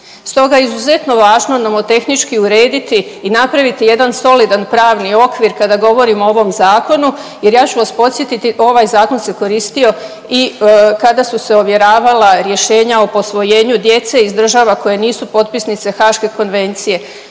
stoga je izuzetno važno nomotehnički urediti i napraviti jedan solidan pravni okvir kada govorimo o ovom zakonu, jer ja ću vas podsjetiti ovaj zakon se koristio i kada su se ovjeravala rješenja o posvojenju djece iz država koje nisu potpisnice Haške konvencije.